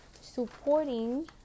supporting